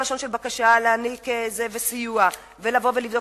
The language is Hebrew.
לשון של בקשה להעניק סיוע ולבוא ולבדוק.